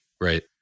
Right